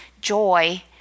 joy